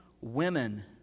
women